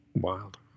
Wild